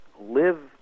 live